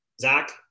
Zach